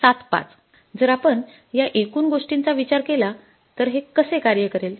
७५ जर आपण या एकूण गोष्टी चा विचार केला तर हे कसे कार्य करेल